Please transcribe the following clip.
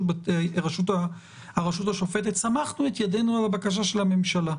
הרשות השופטת סמכנו את ידינו על הבקשה של הממשלה.